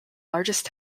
largest